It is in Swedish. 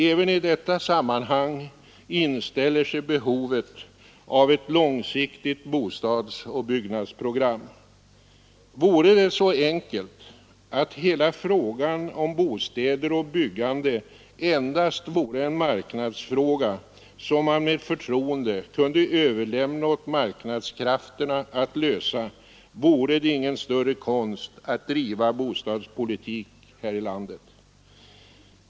Även i detta sammanhang inställer sig behovet av ett långsiktigt bostadsoch byggnadsprogram. Vore det så enkelt att hela frågan om bostäder och byggande endast vore en marknadsfråga, som man med förtroende kunde överlämna åt marknadskrafterna att lösa, vore det ingen större konst att driva bostadspolitik här i landet.